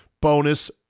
bonus